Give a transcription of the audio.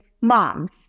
moms